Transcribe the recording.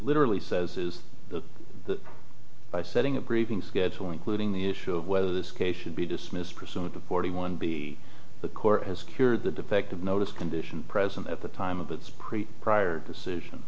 literally says is that by setting a briefing schedule including the issue of whether this case should be dismissed pursuit of forty one b the court has cured the defective notice condition present at the time of its pre prior decision